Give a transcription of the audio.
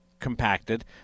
compacted